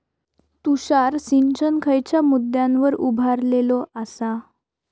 तुषार सिंचन खयच्या मुद्द्यांवर उभारलेलो आसा?